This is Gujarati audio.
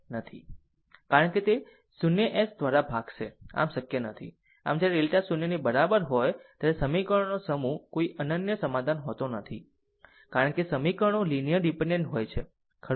કારણ કે તે 0s દ્રારા ભાગશે આમ શક્ય નથી આમ જ્યારે ડેલ્ટા 0 ની બરાબર હોય ત્યારે સમીકરણોનો સમૂહનો કોઈ અનન્ય સમાધાન હોતો નથી કારણ કે સમીકરણો લીનીયર ડીપેન્ડેન્ટ હોય છે ખરું